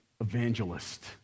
evangelist